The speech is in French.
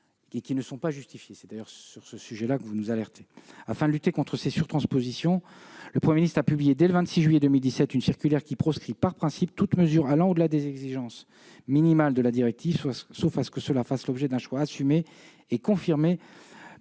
entreprises et les citoyens. C'est d'ailleurs bien sur ce sujet que vous nous alertez, monsieur le président. Afin de lutter contre ces surtranspositions, le Premier ministre a publié dès le 26 juillet 2017 une circulaire qui proscrit par principe toute mesure allant au-delà des exigences minimales de la directive, sauf à ce qu'elle fasse l'objet d'un choix assumé et confirmé